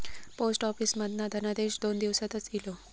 post office मधना धनादेश दोन दिवसातच इलो